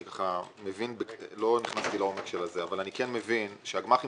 אני מבין ולא נכנס לעומק הדברים אבל אני כן מבין שהגמ"חים